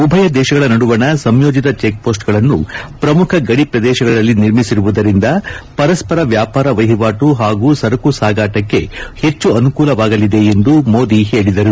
ಉಭಯ ದೇಶಗಳ ನಡುವಣ ಸಂಯೋಜಿತ ಚೆಕ್ಮೋಸ್ಸ್ಗಳನ್ನು ಪ್ರಮುಖ ಗಡಿ ಪ್ರದೇಶಗಳಲ್ಲಿ ನಿರ್ಮಿಸಿರುವುದರಿಂದ ಪರಸ್ಪರ ವ್ಯಾಪಾರ ವಹಿವಾಟು ಹಾಗೂ ಸರಕು ಸಾಗಾಟಕ್ಕೆ ಹೆಚ್ಚು ಅನುಕೂಲವಾಗಲಿದೆ ಎಂದು ಮೋದಿ ಹೇಳಿದರು